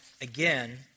again